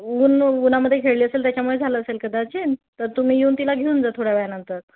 ऊन उन्हामध्ये खेळली असेल त्याच्यामुळे झालं असेल कदाचित तर तुम्ही येऊन तिला घेऊन जा थोड्या वेळानंतर